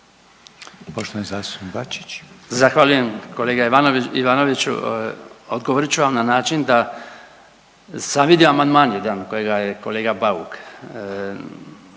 **Bačić, Branko (HDZ)** Zahvaljujem kolega Ivanović, Ivanoviću. Odgovorit ću vam na način da sam vidio amandman jedan kojega je kolega Bauk